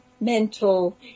mental